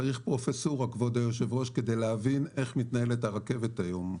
צריך פרופסורה כדי להבין איך מתנהלת הרכבת היום.